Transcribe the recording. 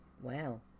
Wow